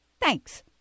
Thanks